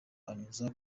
unyuze